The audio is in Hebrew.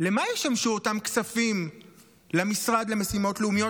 למה ישמשו אותם כספים למשרד למשימות לאומיות,